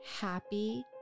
happy